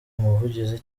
umuvugizi